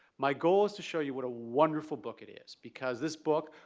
my goal is to show you what a wonderful book it is because this book,